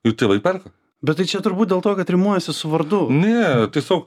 jų tėvai perka bet tai čia turbūt dėl to kad rimuojasi su vardu ne tiesiog